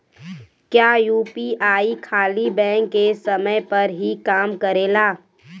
क्या यू.पी.आई खाली बैंक के समय पर ही काम करेला?